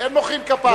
אין מוחאים כפיים.